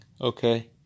Okay